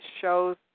shows